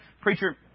Preacher